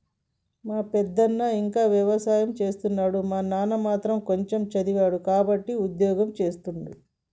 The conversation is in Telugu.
మా పెదనాన ఇంకా వ్యవసాయం చేస్తుండు మా నాన్న మాత్రం కొంచెమ్ చదివిండు కాబట్టే ఉద్యోగం చేస్తుండు